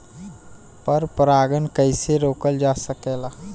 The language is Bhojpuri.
पर परागन कइसे रोकल जा सकेला?